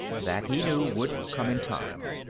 that, he knew, would come in time.